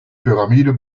pyramide